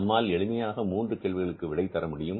நம்மால் எளிமையாக மூன்று கேள்விகளுக்கு விடை தரமுடியும்